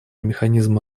механизмы